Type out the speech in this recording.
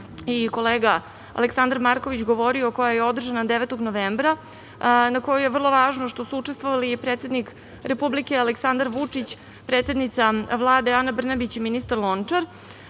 i kolega Aleksandar Marković govorio, koja je održana 9. novembra, na kojoj je vrlo važno što su učestvovali predsednik Republike Aleksandar Vučić, predsednica Vlade Ana Brnabić i ministar Lončar.